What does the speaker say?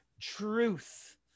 Truth